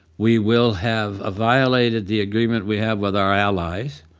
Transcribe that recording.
we will have ah violated the agreement we have with our allies,